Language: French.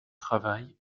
travail